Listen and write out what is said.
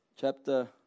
Chapter